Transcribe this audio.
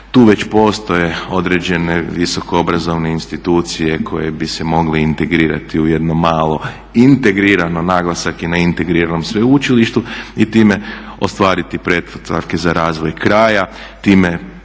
Tu već postoje određene visokoobrazovane institucije koje bi se mogle integrirati u jedno malo integrirano, naglasak je na integriranom sveučilištu i time ostvariti pretpostavke za razvoj kraja, time